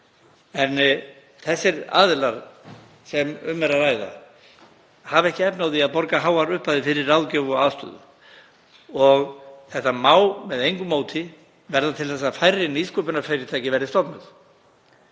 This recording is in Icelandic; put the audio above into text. Þeir aðilar sem um er að ræða hafa ekki efni á því að borga háar upphæðir fyrir ráðgjöf og aðstöðu og þetta má með engu móti verða til þess að færri nýsköpunarfyrirtæki verði stofnuð.